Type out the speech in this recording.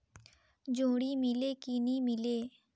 जोणी मीले कि नी मिले?